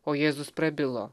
o jėzus prabilo